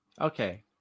Okay